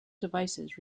devices